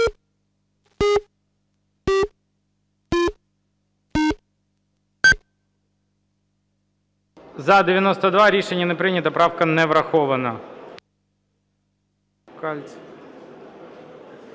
За-92 Рішення не прийнято. Правка не врахована.